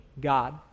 God